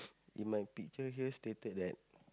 in my picture here stated that